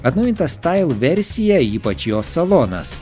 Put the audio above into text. atnaujinta stail versija ypač jo salonas